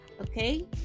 okay